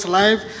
life